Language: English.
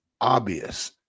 obvious